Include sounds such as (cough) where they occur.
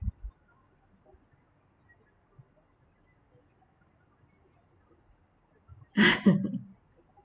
(laughs)